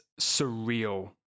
surreal